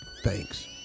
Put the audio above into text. Thanks